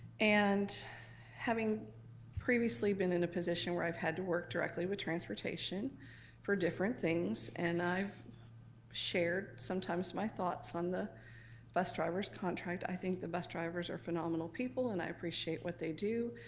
and having previously been in a position where i've had to work directly with transportation with different things and i've shared sometimes my thoughts on the bus driver's contract. i think the bus drivers are phenomenal people and i appreciate what they do.